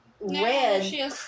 red